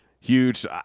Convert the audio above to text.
huge